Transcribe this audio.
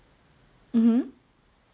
mmhmm